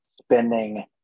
spending